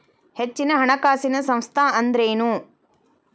ಹೆಚ್ಚಿನ ಹಣಕಾಸಿನ ಸಂಸ್ಥಾ ಅಂದ್ರೇನು?